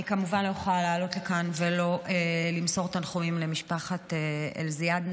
אני כמובן לא יכולה לעלות לכאן ולא למסור תנחומים למשפחת אל-זיאדנה,